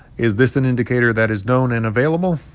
is this an indicator that is known and available?